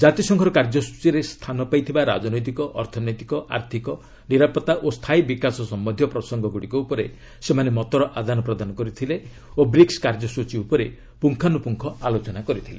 ଜାତିସଂଘର କାର୍ଯ୍ୟଚୀରେ ସ୍ଥାନପାଇଥିବା ରାଜନୈତିକ ଅର୍ଥନୈତିକ ଆର୍ଥକ ନିରାପତ୍ତା ଓ ସ୍ଥାୟୀ ବିକାଶ ସମ୍ଭନ୍ଧୀୟ ପ୍ରସଙ୍ଗଗୁଡ଼ିକ ଉପରେ ସେମାନେ ମତର ଆଦାନ ପ୍ରଦାନ କରିଥିଲେ ଓ ବ୍ରିକ୍ୱ କାର୍ଯ୍ୟସ୍କଚୀ ଉପରେ ପୁଙ୍ଗାନୁପୁଙ୍ଗ ଆଲୋଚନା କରିଥିଲେ